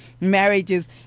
marriages